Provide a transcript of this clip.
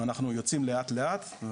אנחנו יוצאים לאט לאט.